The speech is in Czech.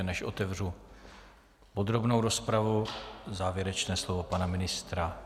Než otevřu podrobnou rozpravu, závěrečné slovo pana ministra.